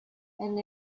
and